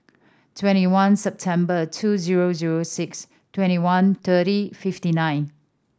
twenty one September two zero zero six twenty one thirty fifty nine